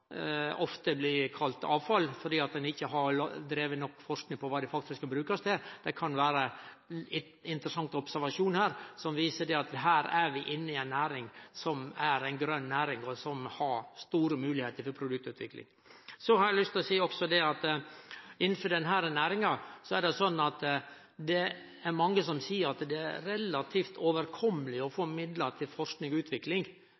ofte blir kalla avfall fordi ein ikkje har drive nok forsking på kva dei faktisk kan brukast til, kan vere ein interessant observasjon her, som viser at vi er inne i ei næring som er ei grøn næring, og som har store moglegheiter for produktutvikling. Eg har også lyst til å seie at innanfor denne næringa er det mange som seier at det er relativt overkommeleg å få midlar til forsking og utvikling,